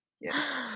Yes